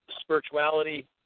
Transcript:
spirituality